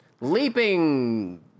leaping